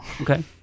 Okay